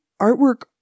Artwork